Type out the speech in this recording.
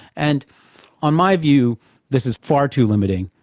and on my view this is far too limiting.